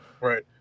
right